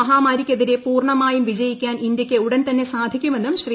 മഹാമാരിക്കെതിരെ പൂർണമായും വിജയിക്കാൻ ഇന്ത്യയ്ക്ക് ഉടൻ തന്നെ സാധിക്കുമെന്നും ശ്രീ